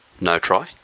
no-try